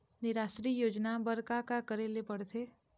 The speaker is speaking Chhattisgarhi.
निराश्री योजना बर का का करे ले पड़ते?